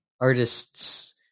artists